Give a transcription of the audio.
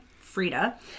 Frida